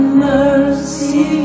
mercy